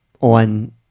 on